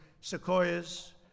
sequoias